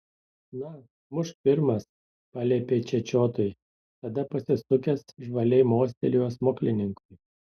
na mušk pirmas paliepė čečiotui tada pasisukęs žvaliai mostelėjo smuklininkui